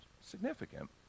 significant